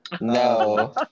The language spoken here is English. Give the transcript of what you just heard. No